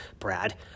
Brad